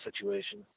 situation